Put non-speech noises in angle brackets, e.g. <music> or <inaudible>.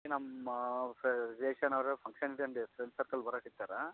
ನಮ್ಮ ಫೆ ರಿಲೇಷನ್ ಅವ್ರ ಫಂಕ್ಷನ್ <unintelligible> ಫ್ರೆಂಡ್ ಸರ್ಕಲ್ ಬರಕತ್ತಾರ